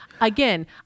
again